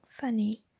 funny